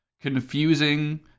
confusing